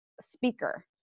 speaker